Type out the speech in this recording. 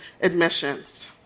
admissions